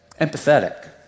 empathetic